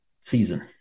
season